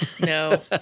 No